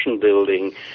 building